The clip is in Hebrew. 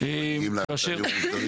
שמגיעים לאתרים המוסדרים?